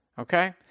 Okay